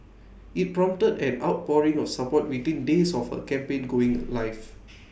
IT prompted an outpouring of support within days of her campaign going live